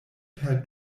per